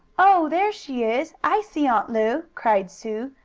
oh, there she is! i see aunt lu! cried sue,